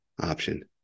option